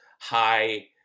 high